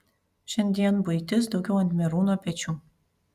šiandien buitis daugiau ant merūno pečių